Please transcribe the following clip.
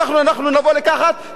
תחת הססמה: פותרים את הבעיה,